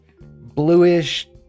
bluish